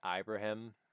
Ibrahim